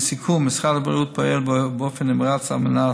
לסיכום, משרד הבריאות פועל באופן נמרץ על מנת